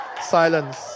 Silence